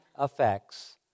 effects